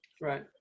Right